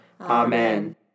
Amen